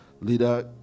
leader